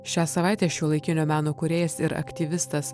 šią savaitę šiuolaikinio meno kūrėjas ir aktyvistas